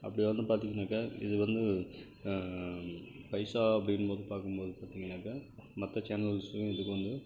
அப்படி வந்து பார்த்தீங்கன்னாக்கா இது வந்து பைசா அப்படிங்கும் போது பார்க்கும்போது பார்த்தீங்கன்னாக்கா மற்ற சேனல்ஸ்க்கும் இதுக்கும் வந்து